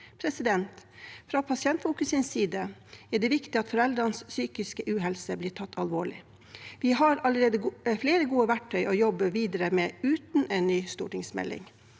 vedtas. Fra Pasientfokus’ side er det viktig at foreldrenes psykiske uhelse blir tatt alvorlig. Vi har allerede flere gode verktøy å jobbe videre med uten en ny stortingsmelding.